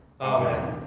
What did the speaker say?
Amen